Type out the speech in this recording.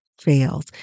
fails